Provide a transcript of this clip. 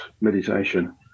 meditation